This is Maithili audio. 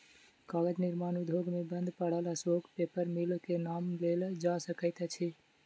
कागज निर्माण उद्योग मे बंद पड़ल अशोक पेपर मिल के नाम लेल जा सकैत अछि